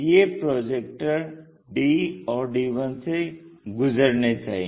ये projector d और d1 से गुजरने चाहिए